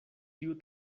tiu